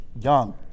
young